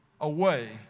away